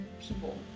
people